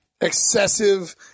excessive